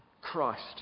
Christ